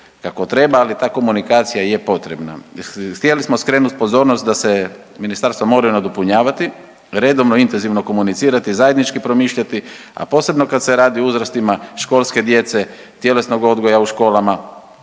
kako treba, ali ta komunikacija je potrebna. Htjeli smo skrenut pozornost da se ministarstva moraju nadopunjavati, redovno intenzivno komunicirati zajednički promišljati, a posebno kad se radi o uzrastima školske djece, tjelesnog odgoja u školama